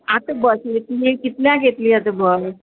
आतां बस येतली कितल्याक येतली आतां बस